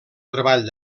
treball